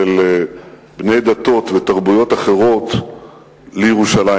של בני דתות ותרבויות אחרות לירושלים.